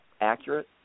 accurate